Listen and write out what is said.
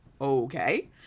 okay